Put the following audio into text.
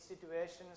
situations